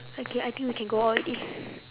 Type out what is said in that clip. okay I think we can go out already